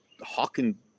hawking